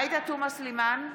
עאידה תומא סלימאן,